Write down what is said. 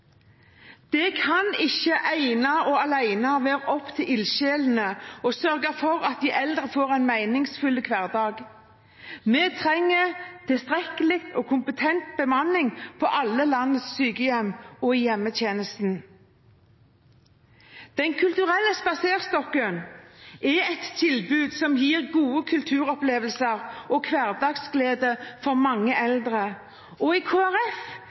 Det kan ikke ene og alene være opp til ildsjelene å sørge for at de eldre får en meningsfull hverdag. Vi trenger tilstrekkelig og kompetent bemanning på alle landets sykehjem og i hjemmetjenesten. Den kulturelle spaserstokken er et tilbud som gir gode kulturopplevelser og hverdagsglede for mange eldre, og i